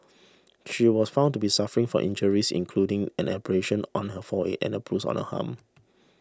she was found to be suffering from injuries including an abrasion on her forehead and a bruise on her arm